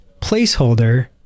placeholder